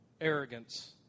arrogance